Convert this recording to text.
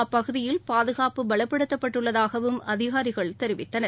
அப்பகுதியில் பாதுகாப்பு பலப்படுத்தப்பட்டுள்ளதாகவும் அதிகாரிகள் தெரிவித்தனர்